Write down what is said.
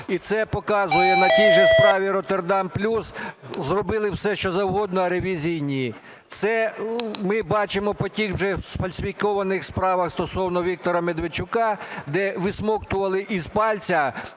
І це показує на тій же справі "Роттердам плюс", зробили все, що завгодно, а ревізії ні. Це ми бачимо по тих же сфальсифікованих справах стосовно Віктора Медведчука, де висмоктували із пальця